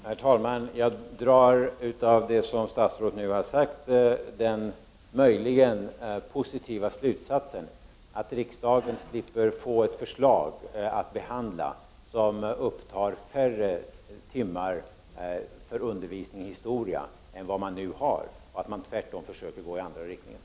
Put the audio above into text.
Herr talman! Jag drar av det som statsrådet nu har sagt den möjligen positiva slutsatsen att riksdagen slipper få ett förslag att behandla, som upptar färre timmar för undervisning i historia än vad man nu har, och att man tvärtom försöker gå i andra riktningen.